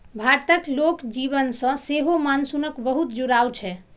भारतक लोक जीवन सं सेहो मानसूनक बहुत जुड़ाव छै